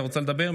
אתה רוצה לדבר?